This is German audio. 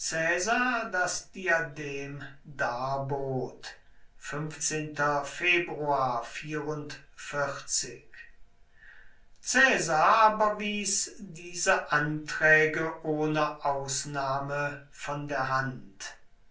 das diadem darbot caesar aber wies diese anträge ohne ausnahme von der hand